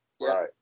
Right